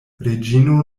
reĝino